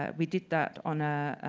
ah we did that on a